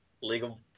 legal